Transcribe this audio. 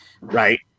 right